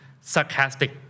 sarcastic